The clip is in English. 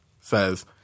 says